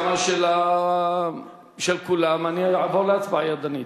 אם תהיה הסכמה של כולם אני אעבור להצבעה ידנית.